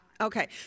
okay